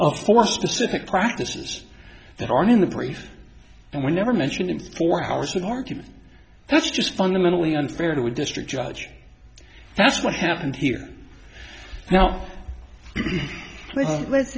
up for specific practices that aren't in the brief and were never mentioned in four hours of argument that's just fundamentally unfair to a district judge that's what happened here now let's